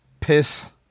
piss